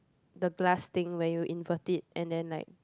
the glass thing where you invert it and then like